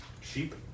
sheep